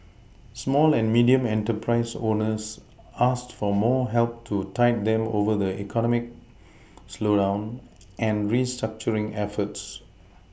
small and medium enterprise owners asked for more help to tide them over the economic slowdown and restructuring efforts